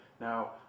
Now